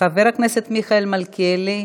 חבר הכנסת מיכאל מלכיאלי,